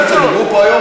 לא ראית שדיברו פה היום,